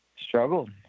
struggled